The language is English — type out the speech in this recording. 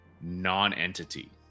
non-entity